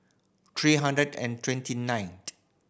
three hundred and twenty ninth